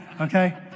okay